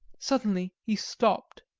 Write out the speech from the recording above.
suddenly he stopped.